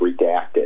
redacted